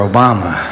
Obama